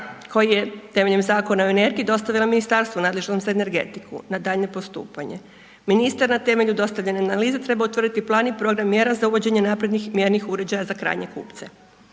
koji je temeljem Zakona o energiji dostavila Ministarstvu nadležnom za energetiku na daljnje postupanje. Ministar na temelju dostavljene analize treba utvrditi plan i program mjera za uvođenje naprednih mjernih uređaja za krajnje kupce.